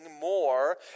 more